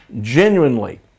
genuinely